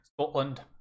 Scotland